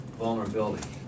vulnerability